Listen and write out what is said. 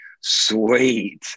sweet